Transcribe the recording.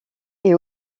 est